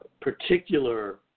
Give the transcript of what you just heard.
particular